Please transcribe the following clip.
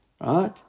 Right